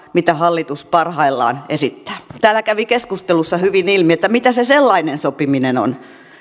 mitä hallitus parhaillaan esittää täällä kävi keskustelussa hyvin ilmi mitä se sellainen sopiminen on